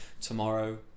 tomorrow